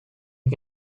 you